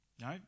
No